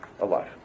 alive